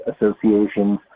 associations